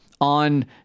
on